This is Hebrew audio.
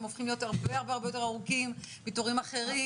הם הופכים להיות הרבה יותר ארוכים מתורים אחרים,